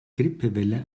grippewelle